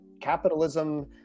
capitalism